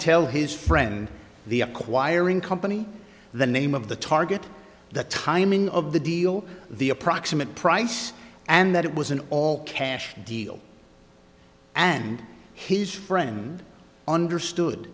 tell his friend the acquiring company the name of the target the timing of the deal the approximate price and that it was an all cash deal and his friend understood